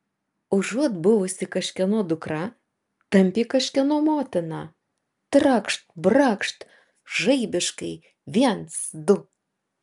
užuot buvusi kažkieno dukra tampi kažkieno motina trakšt brakšt žaibiškai viens du